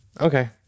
Okay